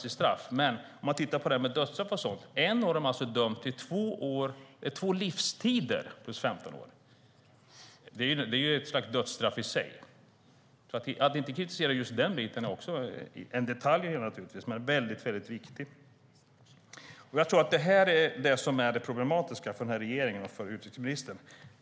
En har avtjänat sitt straff. Men en av dem är dömd till två livstider plus 15 år. Det är ett slags dödsstraff i sig. Det är en detalj i det hela att ni inte kritiserar den biten, men den är viktig. Jag tror att det är detta som är det problematiska för regeringen och för utrikesministern.